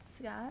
Scott